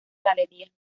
galerías